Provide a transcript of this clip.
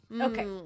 Okay